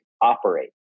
operate